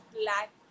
black